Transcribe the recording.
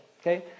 okay